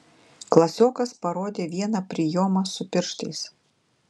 klasiokas parodė vieną prijomą su pirštais